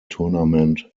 tournament